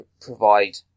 provide